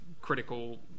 critical